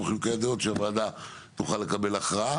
חילוקי הדעות שהוועדה תוכל לקבל הכרעה.